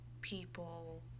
people